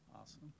awesome